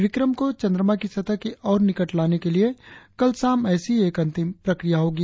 विक्रम को चंद्रमा की सतह के और निकट लाने के लिए कल शाम ऐसी ही एक अंतिम प्रक्रिया होगी